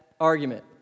argument